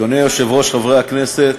אדוני היושב-ראש, חברי הכנסת,